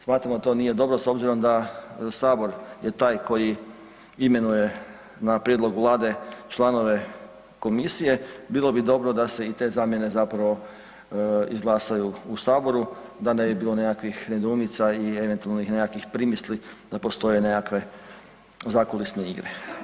Smatramo da to nije dobro s obzirom da Sabor je taj koji imenuje na prijedlog Vlade članove komisije, bilo bi dobro da se i te zamjene izglasaju u Saboru da ne bi bilo nekakvih nedoumica i eventualno nekakvih primisli da postoje nekakve zakulisne igre.